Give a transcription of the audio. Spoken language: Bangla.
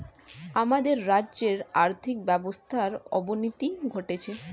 আমাদের রাজ্যের আর্থিক ব্যবস্থার অবনতি ঘটছে